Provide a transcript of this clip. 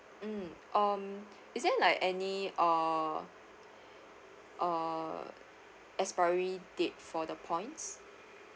mm um is there like any uh uh expiry date for the points